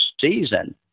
season